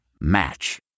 Match